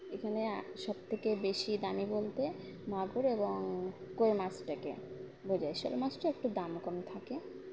এখানে সব থেকে বেশি দামি বলতে মাগুর এবং কই মাছটাকেই বোঝায় শোল মাছটা একটু দাম কম থাকে